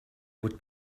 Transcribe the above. would